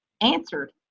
answered